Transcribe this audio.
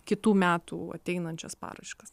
kitų metų ateinančias paraiškas